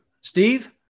Steve